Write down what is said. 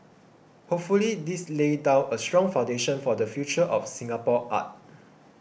hopefully this lays down a strong foundation for the future of Singapore art